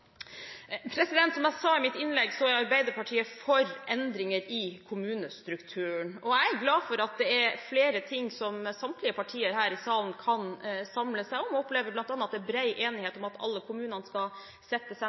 kommunestrukturen. Jeg er glad for at det er flere ting som samtlige partier her i salen kan samle seg om, og jeg opplever bl.a. at det er bred enighet om at alle kommunene skal sette seg